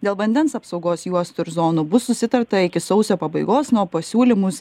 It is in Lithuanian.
dėl vandens apsaugos juostų ir zonų bus susitarta iki sausio pabaigos na o pasiūlymus